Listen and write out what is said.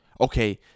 Okay